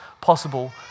possible